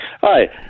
hi